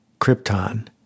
Krypton